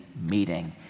meeting